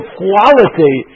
quality